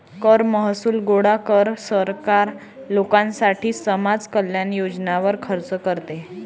कर महसूल गोळा कर, सरकार लोकांसाठी समाज कल्याण योजनांवर खर्च करते